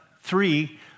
three